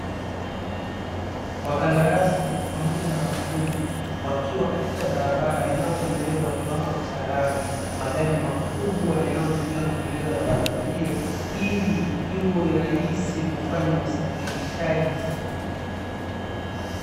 Wakandarasi pamoja na mafundi wakiwa katika barabara inayotengenezwa kwa kiwango cha lami, magari makubwa yanayotumika kutengeneza barabara hiyo ili iwe rahisi kufanya usafirishaji.